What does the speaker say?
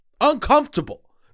Uncomfortable